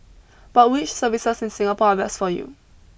but which services in Singapore are best for you